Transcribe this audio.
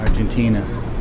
Argentina